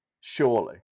Surely